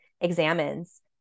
examines